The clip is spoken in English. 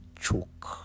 choke